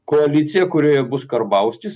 koalicija kurioje bus karbauskis